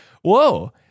Whoa